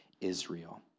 Israel